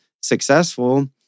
successful